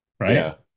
Right